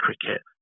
cricket